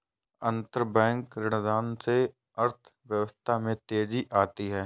अंतरबैंक ऋणदान से अर्थव्यवस्था में तेजी आती है